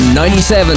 97